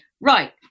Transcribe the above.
right